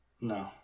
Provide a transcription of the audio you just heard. No